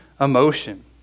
emotion